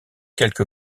quelque